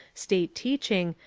state teaching,